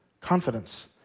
Confidence